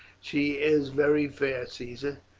she is very fair, caesar,